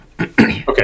Okay